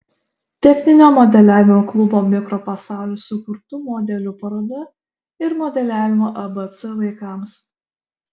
techninio modeliavimo klubo mikropasaulis sukurtų modelių paroda ir modeliavimo abc vaikams